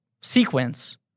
sequence